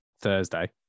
Thursday